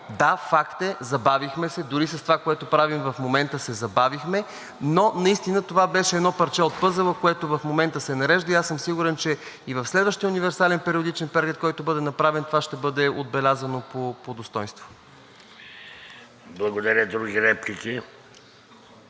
Да, факт е, забавихме се, дори с това, което правим в момента, се забавихме, но наистина това беше едно парче от пъзела, което в момента се нарежда и аз съм сигурен, че и в следващия универсален периодичен преглед, който бъде направен, това ще бъде отбелязано по достойнство. ПРЕДСЕДАТЕЛ ВЕЖДИ